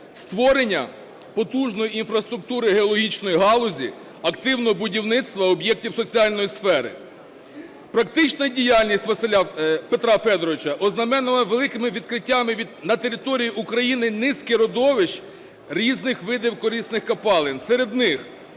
створення потужної інфраструктури геологічної галузі, активного будівництва об'єктів соціальної сфери. Практична діяльність Петра Федоровича ознаменована великими відкриттями на території України низки родовищ різних видів корисних копалин, серед них: